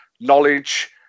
knowledge